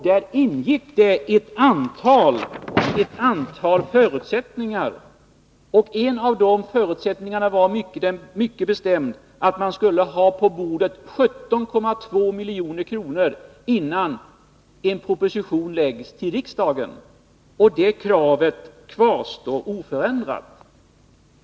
Där ingick ett antal förutsättningar, och en av dessa var mycket bestämd, nämligen att 17,2 milj.kr. skulle läggas upp på bordet, innan en proposition presenterats för riksdagen, och det kravet kvarstår oförändrat.